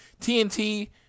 TNT